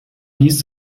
dies